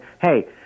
hey